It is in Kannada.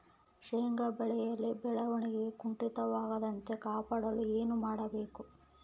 ಶೇಂಗಾ ಬೆಳೆಯಲ್ಲಿ ಬೆಳವಣಿಗೆ ಕುಂಠಿತವಾಗದಂತೆ ಕಾಪಾಡಲು ಏನು ಮಾಡಬೇಕು?